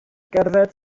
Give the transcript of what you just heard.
gerdded